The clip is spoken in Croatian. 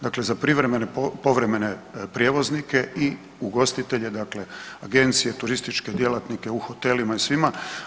Dakle, za privremene, povremene prijevoznike i ugostitelje dakle agencije, turističke djelatnike u hotelima i svima.